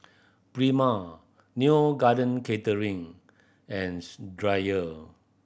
Prima Neo Garden Catering and Dreyer